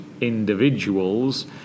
individuals